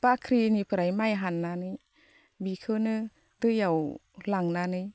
बाख्रिनिफ्राय माइ हाननानै बेखौनो दैयाव लांनानै